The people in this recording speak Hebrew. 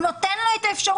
הוא נותן לו את האפשרות.